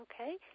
Okay